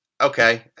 Okay